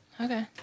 Okay